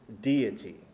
deity